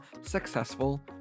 successful